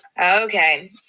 Okay